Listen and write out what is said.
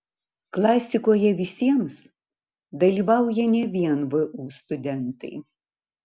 klasikoje visiems dalyvauja ne vien vu studentai